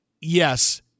yes